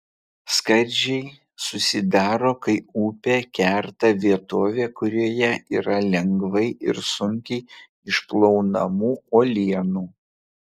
skardžiai susidaro kai upė kerta vietovę kurioje yra lengvai ir sunkiai išplaunamų uolienų